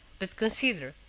but consider,